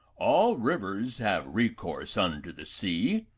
all rivers have recourse unto the sea,